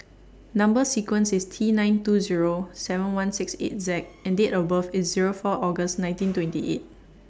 Number sequence IS T nine two Zero seven one six eight Z and Date of birth IS Zero four August nineteen twenty eight